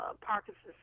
Parkinson's